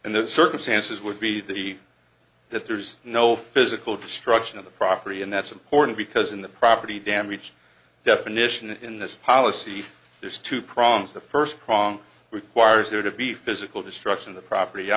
and the circumstances would be that there's no physical destruction of the property and that's important because in the property damage definition in this policy there's two problems the first prong requires there to be physical destruction the property i